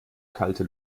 kalte